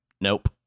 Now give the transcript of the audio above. Nope